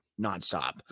nonstop